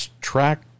track